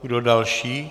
Kdo další?